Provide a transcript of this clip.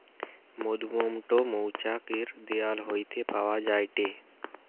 মধুমোম টো মৌচাক এর দেওয়াল হইতে পাওয়া যায়টে